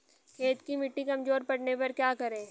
खेत की मिटी कमजोर पड़ने पर क्या करें?